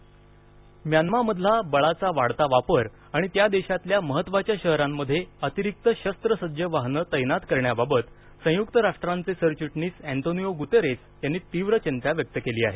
संयक्त राष्ट्र चिंता म्यानमामधला बळाचा वाढता वापर आणि त्या देशातल्या महत्त्वाच्या शहरांमध्ये अतिरिक्त शस्त्रसज्ज वाहनं तैनात करण्याबाबत संयुक्त राष्ट्रांचे सरचिटणीस अँतोनिओ गुतेरेस यांनी तीव्र चिंता व्यक्त केली आहे